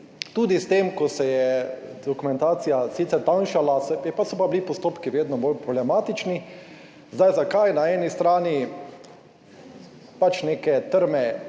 Tudi s tem, ko se je dokumentacija sicer tanjšala, pa so pa bili postopki vedno bolj problematični. Zdaj, zakaj na eni strani pač neke trme